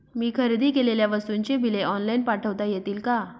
मी खरेदी केलेल्या वस्तूंची बिले ऑनलाइन पाठवता येतील का?